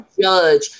judge